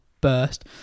burst